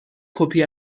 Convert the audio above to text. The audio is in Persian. کپی